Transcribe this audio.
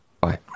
Bye